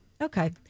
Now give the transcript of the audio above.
Okay